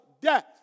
death